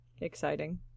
exciting